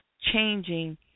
changing